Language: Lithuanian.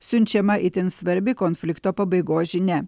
siunčiama itin svarbi konflikto pabaigos žinia